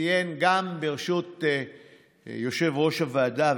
ציין גם יושב-ראש הוועדה,